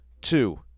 two